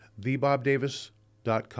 thebobdavis.com